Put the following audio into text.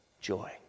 joy